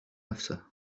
نفسه